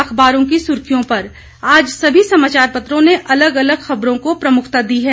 अखबारों की सुर्खियों पर आज सभी समाचार पत्रों ने अलग अलग खबरों को प्रमुखता दी है